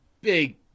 Big